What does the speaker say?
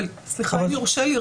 אם יורשה לי,